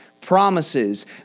promises